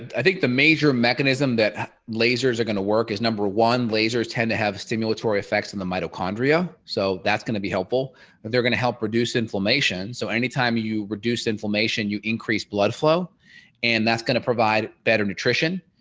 i think the major mechanism that lasers are going to work is number one, lasers tend to have stimulatory effects in the mitochondria. so that's going to be helpful and they're going to help reduce inflammation. so anytime you reduce inflammation you increase blood flow and that's going to provide better nutrition.